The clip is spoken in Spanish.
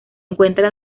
encuentra